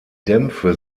dämpfe